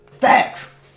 Facts